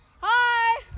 hi